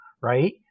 right